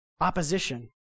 Opposition